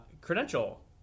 credential